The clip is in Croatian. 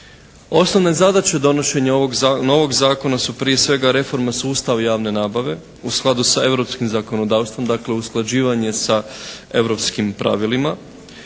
Osnovne zadaća donošenja ovog, novog zakona su prije svega reforma sustava javne nabave u skladu sa europskim zakonodavstvom. Dakle usklađivanje sa europskim pravilima.